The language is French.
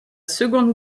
seconde